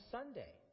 Sunday